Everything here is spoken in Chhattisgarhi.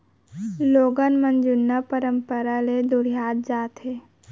लोगन मन जुन्ना परंपरा ले दुरिहात जात हें